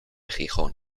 gijón